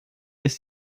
ist